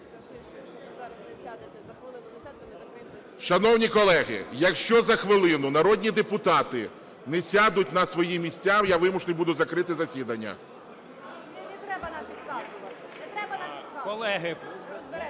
якщо за хвилину народні депутати не сядуть на свої місця, я вимушений буду закрити засідання.